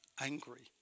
angry